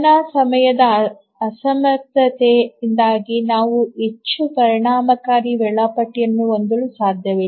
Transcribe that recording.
ಚಾಲನಾಸಮಯದ ಅಸಮರ್ಥತೆಯಿಂದಾಗಿ ನಾವು ಹೆಚ್ಚು ಪರಿಣಾಮಕಾರಿ ವೇಳಾಪಟ್ಟಿಗಳನ್ನು ಹೊಂದಲು ಸಾಧ್ಯವಿಲ್ಲ